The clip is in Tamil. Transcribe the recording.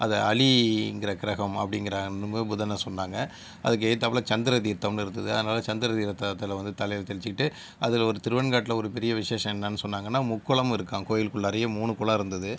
அதை அலிங்கிற கிரகம் அப்டிங்கிற புதன சொன்னாங்க அதுக்கு எதுர்த்தாப்புல சந்திர தீர்த்தம்னு இருந்தது அதனால் சந்திர தீர்த்தத்தில் வந்து தலையில் தெளிச்சுட்டு அதில் ஒரு திருவெண்காட்டில் ஒரு பெரிய விசேஷம் எனென்னு சொன்னாங்கனா முக்குளம் இருக்காம் கோவிலுக்குள்ளாரயே மூணு குளம் இருந்தது